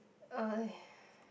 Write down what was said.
uh